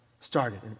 started